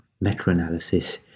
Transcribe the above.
meta-analysis